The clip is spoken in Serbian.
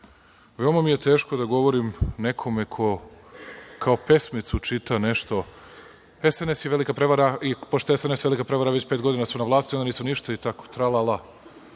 Veoma mi je teško da govorim nekome ko, kao pesmicu, čita nešto - SNS je velika prevara i pošto je SNS velika prevara, već pet godina su na vlasti, oni nisu ništa i tako tra-la-la.